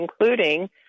including